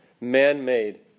man-made